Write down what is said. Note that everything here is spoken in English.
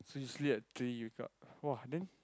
you sleep at three you wake up !wah! then